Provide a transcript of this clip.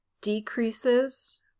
decreases